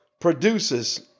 produces